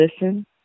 listen